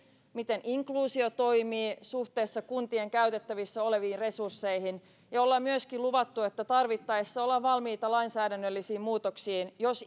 miten inkluusio toimii suhteessa kuntien käytettävissä oleviin resursseihin ja olemme myöskin luvanneet että tarvittaessa olemme valmiita lainsäädännöllisiin muutoksiin jos